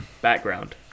background